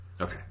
Okay